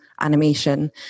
animation